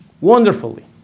Wonderfully